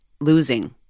losing